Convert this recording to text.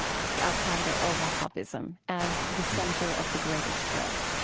just al-qaeda or wahhabism as the center of the greatest threat.